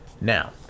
Now